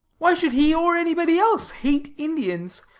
why should he or anybody else hate indians?